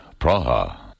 Praha